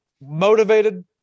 motivated